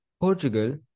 Portugal